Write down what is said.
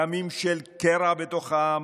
ימים של קרע בעם,